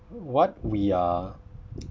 what we are